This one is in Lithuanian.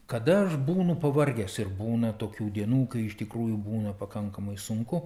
kada aš būnu pavargęs ir būna tokių dienų kai iš tikrųjų būna pakankamai sunku